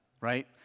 right